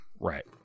Right